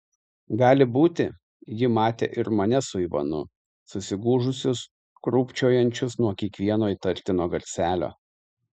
gali būti ji matė ir mane su ivanu susigūžusius krūpčiojančius nuo kiekvieno įtartino garselio